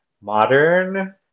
modern